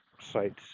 sites